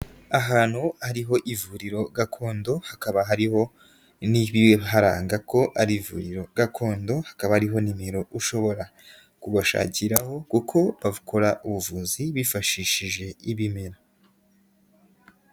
Ahantu hariho ivuriro gakondo hakaba hariho n'ibiharanga ko ari ivuriro gakondo hakaba hariho nimero ushobora kubashakiraho kuko bakora ubuvuzi bifashishije ibimera.